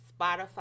spotify